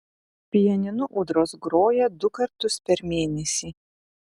pianinu ūdros groja du kartus per mėnesį